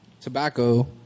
tobacco